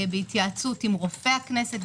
בהתייעצות עם רופא הכנסת,